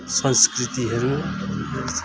संस्कृतिहरू